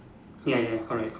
ya ya correct correct